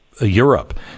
Europe –